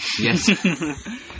Yes